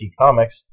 Comics